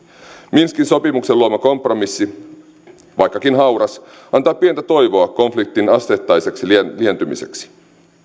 minskin sopimuksen luoma kompromissi vaikkakin hauras antaa pientä toivoa konfliktin asteittaiseksi lientymiseksi